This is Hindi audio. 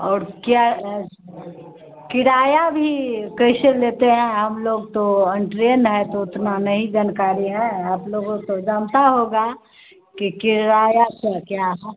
और क्या किराया भी कैसे लेते हैं हम लोग तो ट्रेन है तो उतना नहीं जानकारी है आप लोग तो जानता होगा कि किराया का क्या है